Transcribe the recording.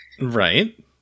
Right